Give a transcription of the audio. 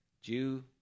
Jew